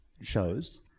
shows